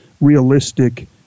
realistic